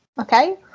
okay